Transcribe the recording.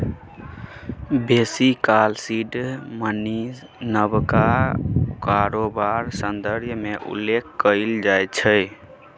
बेसी काल seed money नबका कारोबार संदर्भ मे उल्लेख कएल जाइ छै